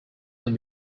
can